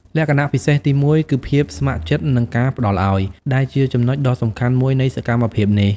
លក្ខណៈពិសេសទីមួយគឺភាពស្ម័គ្រចិត្តនិងការផ្តល់ឲ្យ ដែលជាចំណុចដ៏សំខាន់មួយនៃសកម្មភាពនេះ។